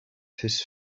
his